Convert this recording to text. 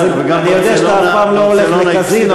אני יודע שאתה אף פעם לא הולך לקזינו,